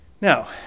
Now